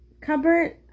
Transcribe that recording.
cupboard